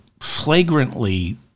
flagrantly